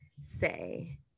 say